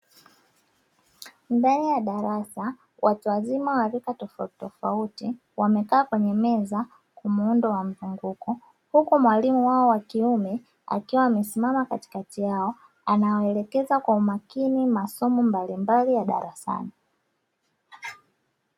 Mbele ya darasa watu wazima wa rika tofauti tofauti wamekaa kwenye meza kwa muundo wa mzunguko, huku mwalimu wao wa kiume akiwa amesimama katikati yao anawaelekeza kwa umakini masomo mbalimbali ya darasani.